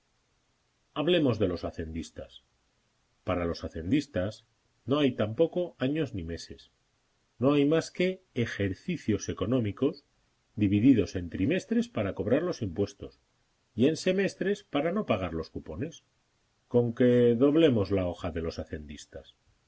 hablemos de los hacendistas para los hacendistas no hay tampoco años ni meses no hay más que ejercicios económicos divididos en trimestres para cobrar los impuestos y en semestres para no pagar los cupones conque doblemos la hoja de los hacendistas